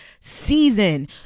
season